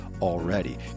already